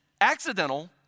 accidental